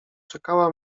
czekała